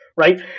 right